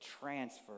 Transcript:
transfer